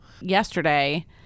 Yesterday